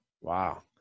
Wow